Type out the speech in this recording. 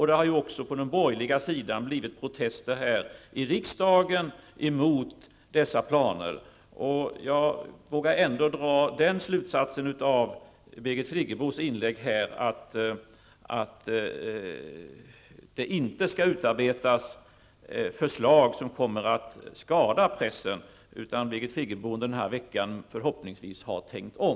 Det har också på den borgerliga sidan här i riksdagen blivit protester mot dessa planer. Jag vågar ändå dra den slutsatsen av Birgit Friggebos inlägg här att det inte skall utarbetas förslag som kommer att skada pressen, utan Birgit Friggebo har under den här veckan förhoppningsvis tänkt om.